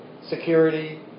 security